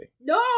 No